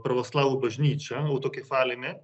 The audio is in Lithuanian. pravoslavų bažnyčia autokefalinė